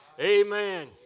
Amen